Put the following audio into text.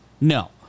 No